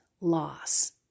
loss